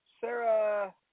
Sarah